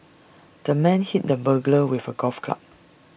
the man hit the burglar with A golf club